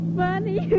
funny